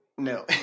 No